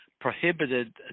prohibited